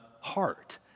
heart